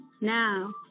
Now